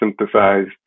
synthesized